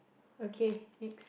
okay next